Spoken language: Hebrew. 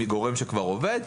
מגורם שכבר עובד.